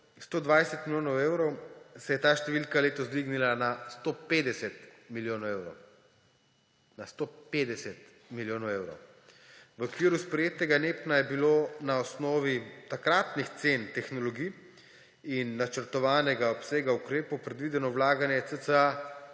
120 milijonov evrov, se je ta številka letos dvignila na 150 milijonov evrov. Na 150 milijonov evrov. V okviru sprejetega NEPN je bilo na osnovi takratnih cen tehnologij in načrtovanega obsega ukrepov predvideno vlaganje cca